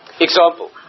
Example